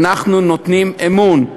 אנחנו נותנים אמון.